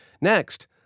Next